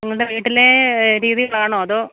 നിങ്ങളുടെ വീട്ടിലേ രീതികളാണോ അതോ